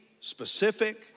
specific